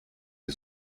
die